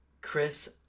Chris